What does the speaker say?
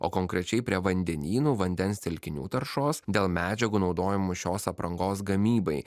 o konkrečiai prie vandenynų vandens telkinių taršos dėl medžiagų naudojamų šios aprangos gamybai